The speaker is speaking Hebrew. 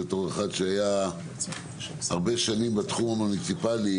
בתור אחד שהיה הרבה שנים בתחום המוניציפלי,